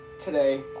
today